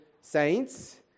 saints